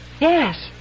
Yes